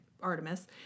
Artemis